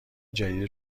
جدید